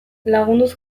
lagunduz